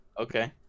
okay